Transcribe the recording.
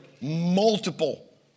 multiple